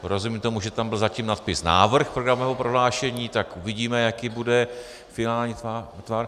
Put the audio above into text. Rozumím tomu, že tam byl zatím nadpis Návrh programového prohlášení, tak uvidíme, jaký bude finální tvar.